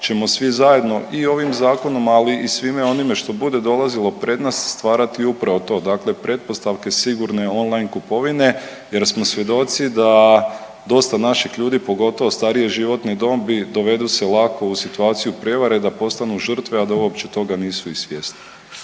ćemo svi zajedno i ovim zakonom, ali i svime onime što bude dolazilo pred nas stvarati upravo to, dakle pretpostavke sigurne online kupovine jer smo svjedoci da dosta naših ljudi, pogotovo starije životne dobi, dovedu se lako u situaciju prijevare da postanu žrtve, a da toga uopće nisu ni svjesni.